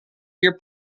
your